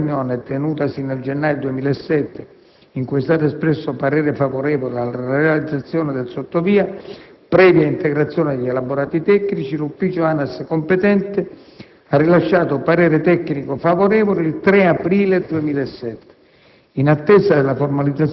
Dopo una prima riunione, tenutasi il 16 gennaio 2007, in cui è stato espresso parere favorevole alla realizzazione del sottovia, previa integrazione degli elaborati tecnici, l'ufficio ANAS competente ha rilasciato parere tecnico favorevole il 3 aprile 2007.